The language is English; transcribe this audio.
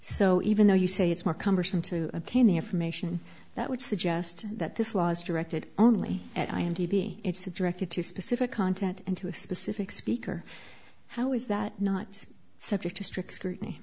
so even though you say it's more cumbersome to obtain the information that would suggest that this law is directed only at i m d b it's directed to specific content and to a specific speaker how is that not subject to strict scrutiny